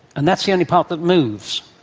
and that's the only part that moves.